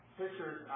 pictures